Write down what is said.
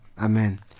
Amen